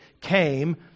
came